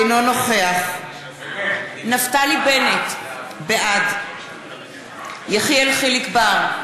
אינו נוכח נפתלי בנט, בעד יחיאל חיליק בר,